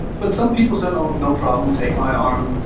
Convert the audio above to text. but some people said oh, no problem, take my arm.